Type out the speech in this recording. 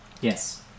Yes